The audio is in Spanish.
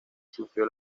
sufrió